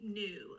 new